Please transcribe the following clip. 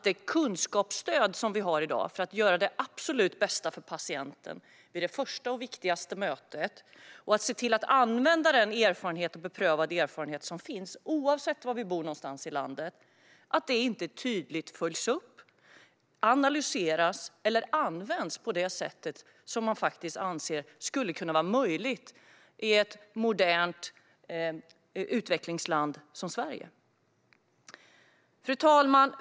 Det kunskapsstöd som vi har i dag för att göra det absolut bästa för patienten vid det första och viktigaste mötet och att se till att använda den beprövade erfarenhet som finns, oavsett var någonstans i landet vi bor, följs inte upp tydligt, analyseras inte eller används inte på det sätt som man faktiskt anser skulle kunna vara möjligt i ett modernt utvecklingsland som Sverige. Fru talman!